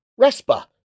RESPA